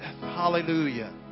Hallelujah